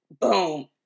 boom